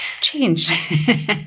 Change